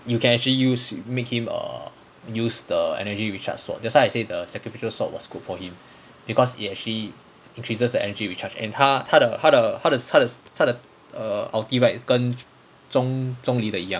you can actually use him make him err use the energy recharge sword that's why I say the sacrificial sword was good for him because it actually increases the energy recharge and 他他的他的他的他的他的 err ulti right 跟 chong chong yun 的一样